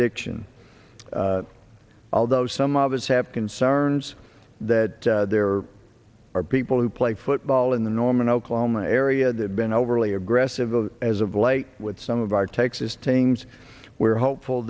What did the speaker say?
diction although some of us have concerns that there are people who play football in the norman oklahoma area and have been overly aggressive as of late with some of our texas teams we're hopeful